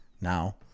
now